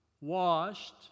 washed